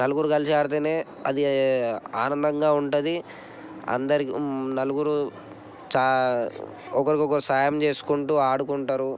నలుగురు కలిసి ఆడితే అది ఆనందంగా ఉంటుంది అందరికి నలుగురు ఛా ఒకరికొకరు సహాయం చేసుకుంటు ఆడుకుంటారు